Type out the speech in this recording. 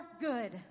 good